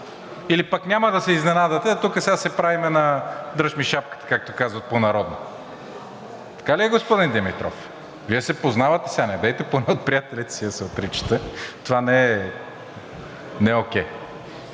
или пък няма да се изненадате, а тук сега се правим на дръж ми шапката, както казват по народно. Така ли е, господин Димитров, Вие се познавате? Сега недейте поне от приятелите си да се отричате, това не е окей.